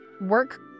work